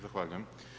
Zahvaljujem.